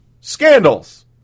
scandals